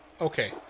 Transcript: Okay